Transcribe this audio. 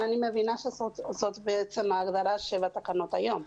אבל אני מבינה שזאת ההגדרה של התקנות היום.